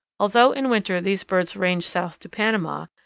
although in winter these birds range south to panama,